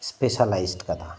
specialised ᱟᱠᱟᱫᱟ